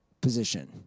position